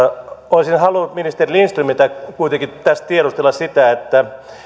olisin halunnut ministeri lindströmiltä kuitenkin tiedustella sitä